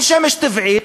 אין שמש טבעית,